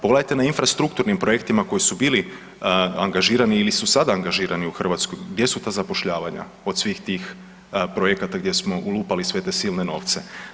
Pogledajte na infrastrukturnim projektima koji su bili angažirani ili su sada angažirani u Hrvatskoj, gdje su ta zapošljavanja od svih tih projekata gdje smo ulupali sve te silne novce.